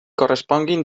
corresponguin